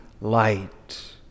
light